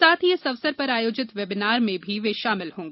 साथ ही इस अवसर पर आयोजित बेविनार में भी शामिल होगी